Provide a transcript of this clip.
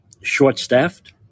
short-staffed